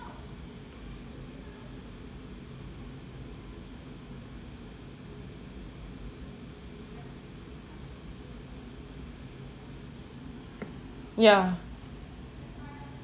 ya